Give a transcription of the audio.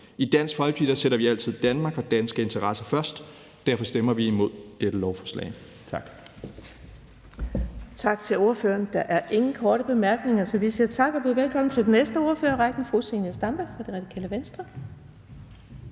I Dansk Folkeparti sætter vi altid Danmark og danske interesser først. Derfor stemmer vi imod dette lovforslag.